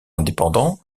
indépendants